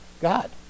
God